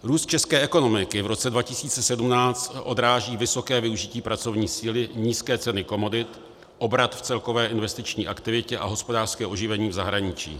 Růst české ekonomiky v roce 2017 odráží vysoké využití pracovní síly, nízké ceny komodit, obrat v celkové investiční aktivitě a hospodářské oživení v zahraničí.